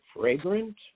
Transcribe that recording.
fragrant